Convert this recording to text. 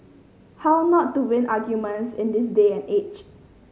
how not to win arguments in this day and age